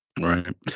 Right